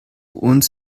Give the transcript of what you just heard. uns